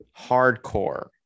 hardcore